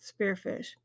Spearfish